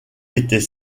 était